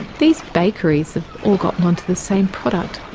these bakeries have all gotten onto the same product.